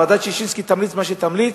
ועדת-ששינסקי ימליצו מה שימליצו,